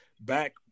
back